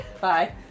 Bye